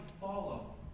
follow